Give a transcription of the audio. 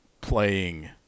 playing